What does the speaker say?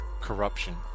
Corruption